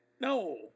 No